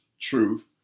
truth